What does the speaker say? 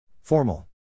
Formal